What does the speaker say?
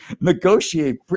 negotiate